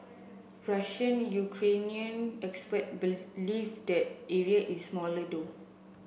Russian Ukrainian expert believe the area is smaller though